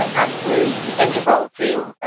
ah absolutely integral to,